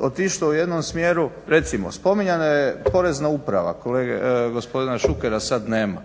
otišlo u jednom smjeru, recimo spominjana je Porezna uprava gospodina Šukera sad nema.